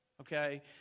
okay